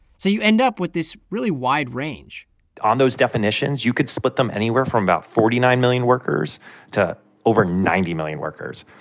so you end up with this really wide range on those definitions, you could split them anywhere from about forty nine million workers to over ninety million workers.